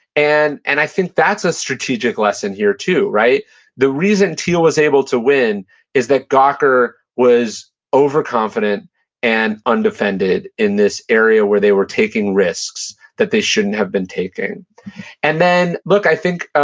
and and i think that's a strategic lesson here, too. the reason thiel was able to win is that gawker was overconfident and undefended in this area where they were taking risks that they shouldn't have been taking and then, look, i think